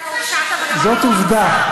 זאת עובדה.